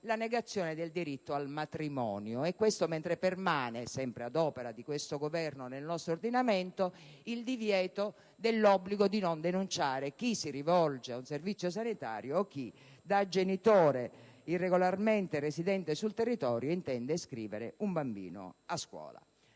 la negazione del diritto al matrimonio. Ciò mentre permane nel nostro ordinamento, sempre ad opera di questo Governo, il divieto dell'obbligo di non denunciare chi si rivolge a un servizio sanitario o chi, da genitore irregolarmente residente sul territorio, intende iscrivere un bambino a scuola.